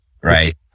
Right